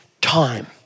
time